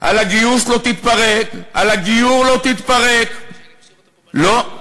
על הגיוס, לא תתפרק, על הגיור, לא תתפרק.